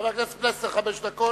חבר הכנסת פלסנר, חמש דקות.